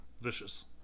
Vicious